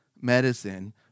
medicine